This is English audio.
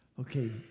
okay